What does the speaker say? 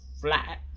flat